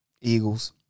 Eagles